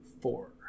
Four